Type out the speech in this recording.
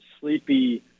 sleepy